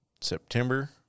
September